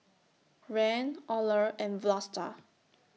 Rand Olar and Vlasta